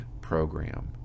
program